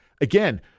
again